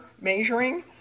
measuring